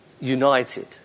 united